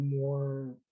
more